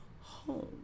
home